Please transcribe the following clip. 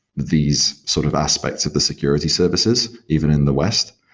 these sort of aspects of the security services even in the west.